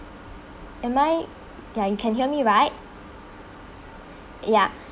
am I like you can hear me right ya